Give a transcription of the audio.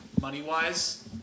money-wise